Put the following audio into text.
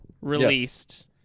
released